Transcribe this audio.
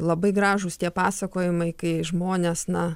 labai gražūs tie pasakojimai kai žmonės na